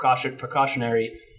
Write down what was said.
precautionary